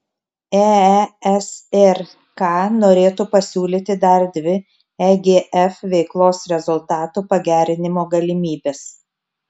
eesrk norėtų pasiūlyti dar dvi egf veiklos rezultatų pagerinimo galimybes